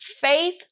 faith